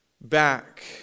Back